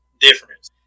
difference